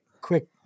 quick